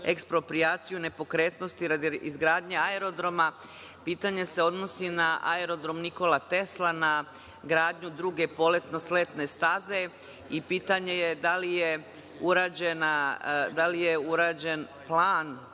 eksproprijaciju nepokretnosti radi izgradnje aerodroma, pitanje se odnosi na Aerodrom „Nikola Tesla“, na gradnju druge poletno-sletne staze i pitanje je - da li je urađen plan,